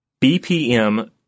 BPM